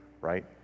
right